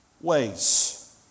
ways